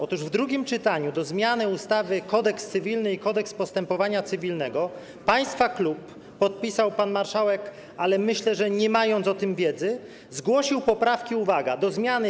Otóż w drugim czytaniu dotyczącym zmiany ustawy - Kodeks cywilny i ustawy - Kodeks postępowania cywilnego państwa klub - podpisał to pan marszałek, ale myślę, że nie mając o tym wiedzy - zgłosił poprawki, uwaga, do zmiany